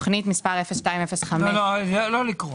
לא לקרוא.